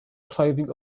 clothing